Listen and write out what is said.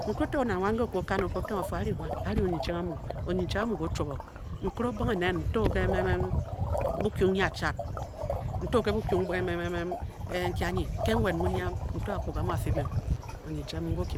Nkere oto nang wan nke o-kwu o-kaw o-ba. o-tong o-fu. a-ri onyichaug amu, onyichaug amu nke o-chuab o, nkere obong nen nto ke bunkyung nyiachad. nto ke bunkyung en nki anyi. nke nwed mu nyiam nto akpugaa muu-afii me. onyichang mun ķe o-kime